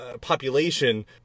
population